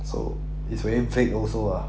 so it's very vague also ah